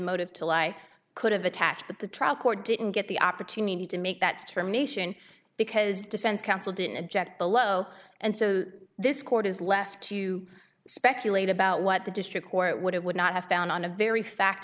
motive to lie could have attached but the trial court didn't get the opportunity to make that determination because defense counsel didn't object below and so this court is left to speculate about what the district court would have would not have found on a very fact